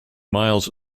miles